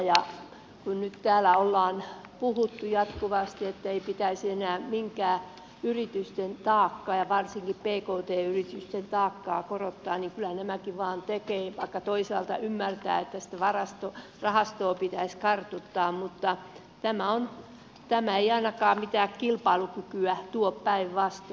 vaikka nyt täällä ollaan puhuttu jatkuvasti että ei pitäisi enää minkään yritysten taakkaa ja varsinkaan pkt yritysten taakkaa korottaa niin kyllähän nämäkin sitä vain tekevät vaikka toisaalta ymmärtää että sitä rahastoa pitäisi kartuttaa mutta tämä ei ainakaan mitään kilpailukykyä tuo päinvastoin